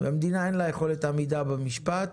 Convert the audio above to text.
המדינה, אין לה יכולת עמידה במשפט